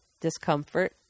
discomfort